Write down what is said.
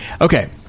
Okay